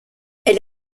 elle